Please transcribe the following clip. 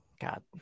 God